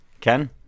Ken